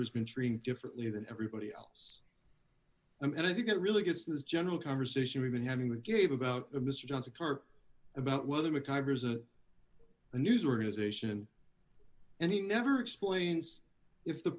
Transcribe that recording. has been treated differently than everybody else and i think it really gets this general conversation we've been having with gave about mr johnson carp about whether mci has a news organization and he never explains if the